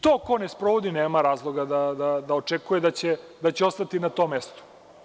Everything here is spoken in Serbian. To ko ne sprovodi, nema razloga da očekuje da će ostati na tom mestu.